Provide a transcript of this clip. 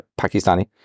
Pakistani